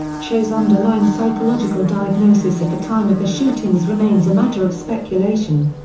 cho's underlying psychological diagnosis at the time of the shootings remains a matter of speculation.